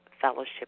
fellowship